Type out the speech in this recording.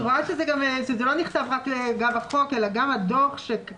אני רואה שזה לא נכתב רק בחוק, אלא גם הדוח שקדם,